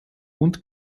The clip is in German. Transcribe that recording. und